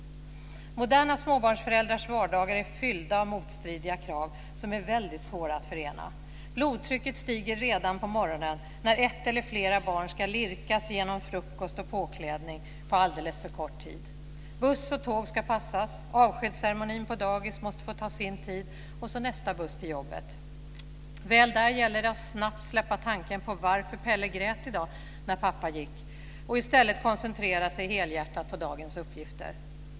Moderna småbarnsföräldrars vardagar är fyllda av motstridiga krav som är väldigt svåra att förena. Blodtrycket stiger redan på morgonen när ett eller flera barn ska lirkas genom frukost och påklädning på alldeles för kort tid. Buss och tåg ska passas, avskedsceremonin på dagis måste få ta sin tid och så nästa buss till jobbet. Väl där gäller det att snabbt släppa tanken på varför Pelle grät i dag när pappa gick och i stället koncentrera sig helhjärtat på dagens uppgifter.